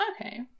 Okay